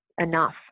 enough